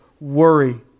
worry